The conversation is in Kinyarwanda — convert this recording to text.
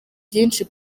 byinshi